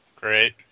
great